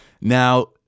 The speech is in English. Now